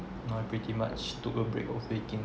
I pretty much took a break of baking